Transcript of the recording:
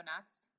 next